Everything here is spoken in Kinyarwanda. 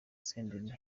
senderi